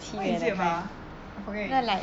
what is it about ah I forget already